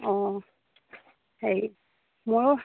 অঁ হেৰি মোৰো